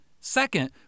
Second